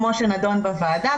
כמו שנדון בוועדה,